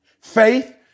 faith